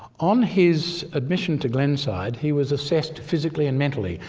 on his admission to glenside he was assessed physically and mentally.